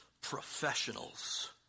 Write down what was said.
professionals